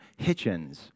Hitchens